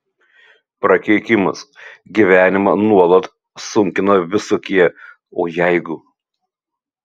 prakeikimas gyvenimą nuolat sunkina visokie o jeigu